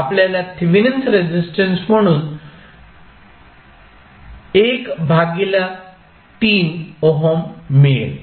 आपल्याला Thevenin resistance म्हणून 1 भागीला 3 ओहम मिळेल